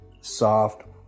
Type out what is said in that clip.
soft